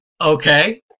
okay